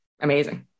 amazing